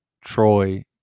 Troy